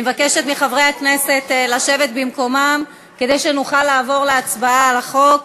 אני מבקשת מחברי הכנסת לשבת במקומם כדי שנוכל לעבור להצבעה על החוק.